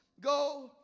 Go